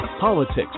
politics